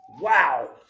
Wow